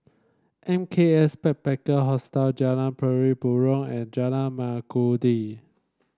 M K S Backpacker Hostel Jalan Pari Burong and Jalan Mengkudu